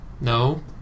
no